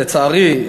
לצערי,